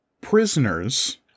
prisoners